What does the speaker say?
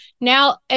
now